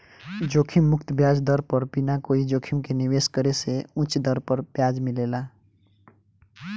जोखिम मुक्त ब्याज दर पर बिना कोई जोखिम के निवेश करे से उच दर पर ब्याज मिलेला